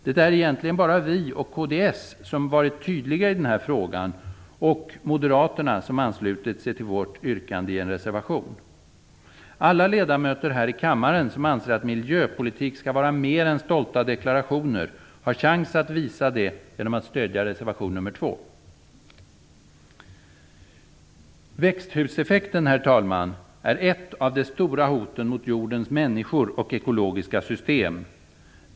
Det är egentligen bara vi och kds - liksom moderaterna, som anslutit sig till vårt yrkande i en reservation - som varit tydliga i den här frågan. Alla ledamöter här i kammaren som anser att miljöpolitik skall vara mer än stolta deklarationer har chans att visa det genom att stödja reservation nr 2. Växthuseffekten, herr talman, är ett av de stora hoten mot jordens människor och ekologiska system.